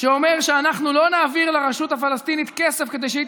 שאומר שאנחנו לא נעביר לרשות הפלסטינית כסף כדי שהיא